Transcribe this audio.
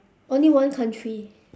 only one country